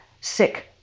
sick